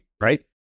right